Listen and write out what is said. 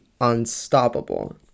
unstoppable